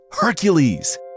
Hercules